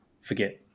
forget